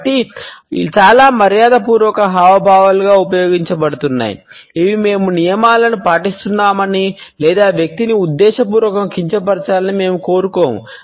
కాబట్టి చాలా మర్యాదపూర్వక హావభావాలుగా ఉపయోగించబడుతున్నాయి ఇవి మేము నియమాలను పాటిస్తున్నామని లేదా వ్యక్తిని ఉద్దేశపూర్వకంగా కించపరచాలని మేము కోరుకోము